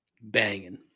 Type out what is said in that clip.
Banging